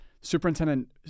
Superintendent